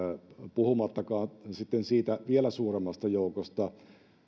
puhumattakaan siitä vielä suuremmasta joukosta